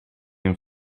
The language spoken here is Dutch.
een